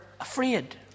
afraid